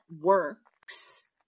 works